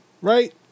right